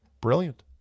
Brilliant